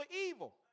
evil